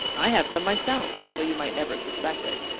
i have some myself, though you might never suspect it.